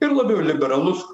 ir labiau liberalus